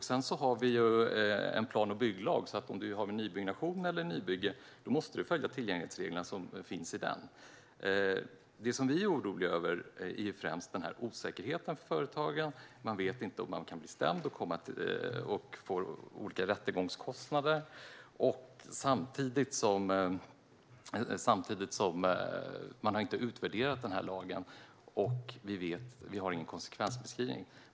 Sedan har vi en plan och bygglag, och vid nybyggnation måste de tillgänglighetsregler som finns i den följas. Det vi är oroliga över är främst osäkerheten för företagen. Man vet inte om man kan bli stämd och får olika rättegångskostnader. Samtidigt har den här lagen inte utvärderats, och vi har ingen konsekvensbeskrivning.